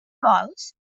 vols